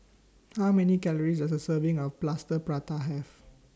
How Many Calories Does A Serving of Plaster Prata Have